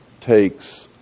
takes